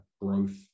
growth